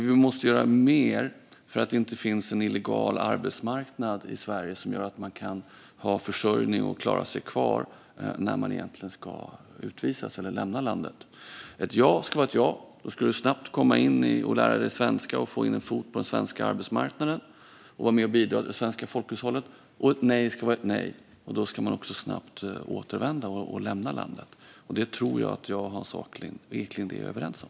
Vi måste göra mer för att det inte ska finnas en illegal arbetsmarknad i Sverige som gör att man kan ha en försörjning och klara sig när man är kvar trots att man egentligen ska utvisas eller lämna landet. Ett ja ska vara ett ja. Då ska man snabbt lära sig svenska, få in en fot på den svenska arbetsmarknaden och vara med och bidra till det svenska folkhushållet. Och ett nej ska vara ett nej. Då ska man också snabbt återvända och lämna landet. Det tror jag att jag och Hans Eklind är överens om.